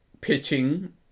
pitching